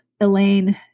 elaine